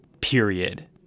period